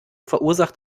verursacht